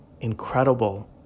incredible